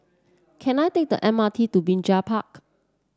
can I take the M R T to Binjai Park